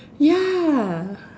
ya